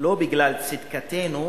לא בגלל צדקתנו,